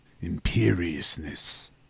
imperiousness